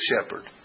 shepherd